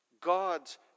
God's